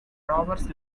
robbers